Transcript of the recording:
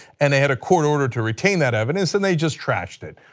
and they had a court order to retain that evidence and they just trashed it.